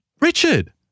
Richard